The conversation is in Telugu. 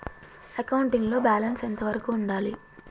అకౌంటింగ్ లో బ్యాలెన్స్ ఎంత వరకు ఉండాలి?